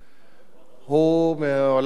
הוא מעולם המדע הבדיוני.